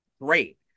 great